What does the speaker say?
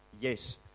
Yes